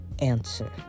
answer